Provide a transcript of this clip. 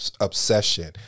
obsession